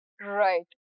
right